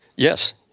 Yes